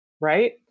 right